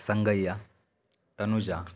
सङ्गय्यः Tanuja